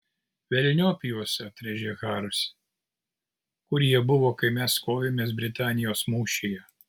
velniop juos atrėžė haris kur jie buvo kai mes kovėmės britanijos mūšyje